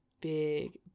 big